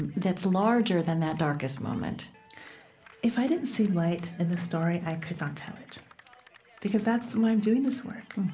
and that's larger than that darkest moment if i didn't see light in this story, i could not tell it because that's why i'm doing this work.